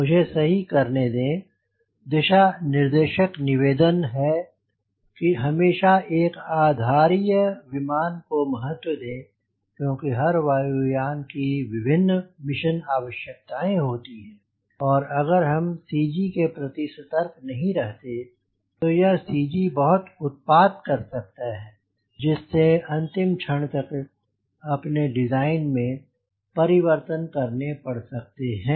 मुझे सही करने दें दिशा निर्देशक निवेदन है कि हमेशा एक आधारीय विमान को महत्व दें क्योंकि हर वायु यान की विभिन्न मिशन आवश्यकताएं होती है और अगर हम सी जी के प्रति सतर्क नहीं रहते हैं तो यह सी जी बहुत उत्पाद कर सकता है जिससे अंतिम क्षण तक अपने डिज़ाइन में परिवर्तन करने पड़ सकते हैं